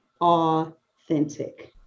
authentic